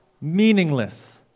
meaningless